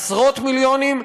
עשרות מיליונים,